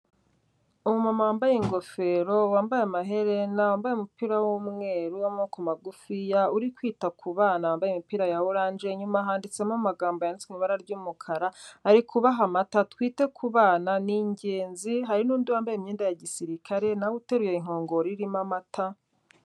Umumama wambaye ingofero, wambaye amaherena, wambaye umupira w'umweru w'amaboko magufiya uri kwita ku bana bambaye imipira ya orange inyuma handitsemo amagambo yanditse mu ibara ry'umukara ari kubaha amata, twite ku bana ni ingenzi hari n'undi wambaye imyenda ya gisirikare nawe uteruye inkongoro irimo amata.